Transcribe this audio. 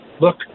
Look